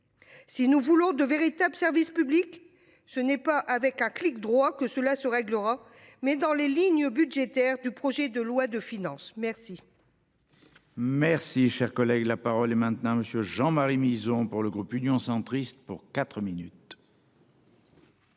Si nous voulons de véritables services publics ce n'est pas avec un clic droit que cela se réglera mais dans les lignes budgétaires du projet de loi de finances, merci. Merci, cher collègue, la parole est maintenant monsieur Jean Marie Mison pour le groupe Union centriste pour 4 minutes.